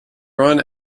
run